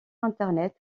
internet